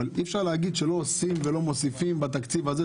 אבל אי אפשר להגיד שלא עושים ולא מוסיפים בתקציב הזה.